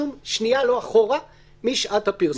שום שנייה לא אחורה משעת הפרסום.